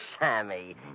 Sammy